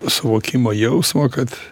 suvokimo jausmo kad